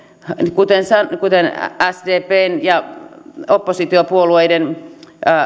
kuten kuten todetaan sdpn ja oppositiopuolueiden